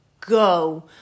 go